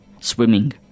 Swimming